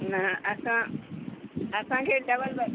न असां असांखे डबल बेड